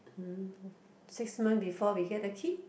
hmm six month before we get the key